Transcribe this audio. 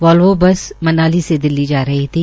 Volvo bus Manali से दिल्ली जा रही थी